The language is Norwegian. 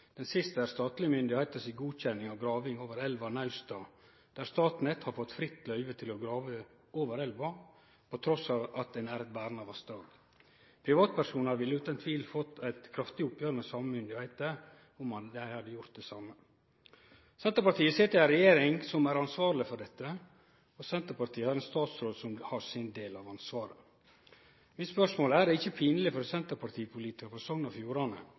Den siste saka er statlege myndigheiter si godkjenning av graving over elva Nausta, der Statnett har fått fritt løyve til å grave over elva, trass i at elva er eit verna vassdrag. Privatpersonar ville utan tvil ha fått eit kraftig oppgjer med dei same myndigheitene om dei hadde gjort det same. Senterpartiet sit i ei regjering som er ansvarleg for dette, og Senterpartiet har ein statsråd som har sin del av ansvaret. Mitt spørsmål er: Er det ikkje pinleg for senterpartipolitikarar frå Sogn og Fjordane